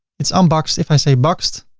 it's unboxed. if i say boxed,